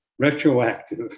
retroactive